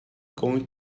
going